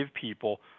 people